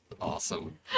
awesome